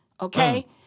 okay